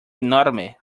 enorme